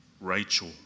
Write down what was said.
Rachel